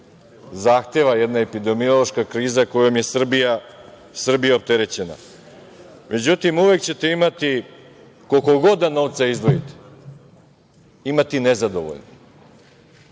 zahteva jedna epidemiološka kriza sa kojom je Srbija opterećena.Međutim, uvek ćete imati, koliko god novca da izdvojite, uvek ćete imati nezadovoljne,